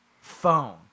phone